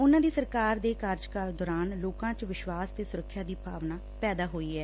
ਉਨੁਾਂ ਦੀ ਸਰਕਾਰ ਦੇ ਕਾਰਜਕਾਲ ਦੌਰਾਨ ਲੋਕਾ ਚ ਵਿਸ਼ਵਾਸ ਤੇ ਸੁਰੱਖਿਆ ਦੀ ਭਾਵਨਾ ਪੈਦਾ ਹੌਈ ਐ